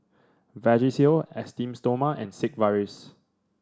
Vagisil Esteem Stoma and Sigvaris